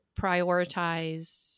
prioritize